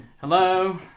hello